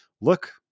look